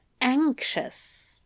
anxious